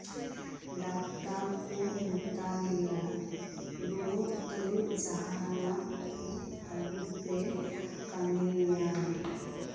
doctor ᱠᱚ ᱢᱮᱛᱟᱞᱮᱭᱟ ᱨᱩᱣᱟᱹᱜ ᱛᱩᱞᱩᱪ ᱡᱟᱦᱟᱱᱟᱜ ᱠᱚ ᱟᱞᱚᱯᱮ ᱠᱟᱹᱢᱤᱭᱟ